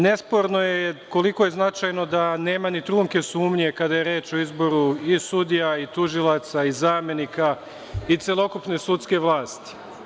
Nesporno je koliko je značajno da nema ni trunke sumnje kada je reč o izboru i sudija i tužilaca i zamenika i celokupne sudske vlasti.